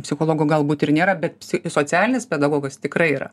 psichologo galbūt ir nėra be socialinis pedagogas tikrai yra